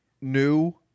new